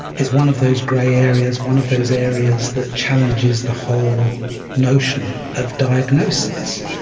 is one of those grey areas, one of those areas that challenges the whole notion of diagnosis.